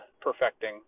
perfecting